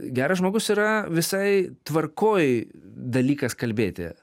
geras žmogus yra visai tvarkoj dalykas kalbėti